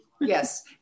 Yes